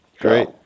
great